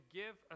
give